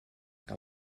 que